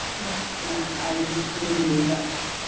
yeah and i just couldn't do that.